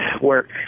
Work